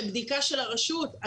לבדיקה של הרשות,